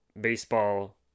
baseball